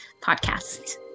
podcast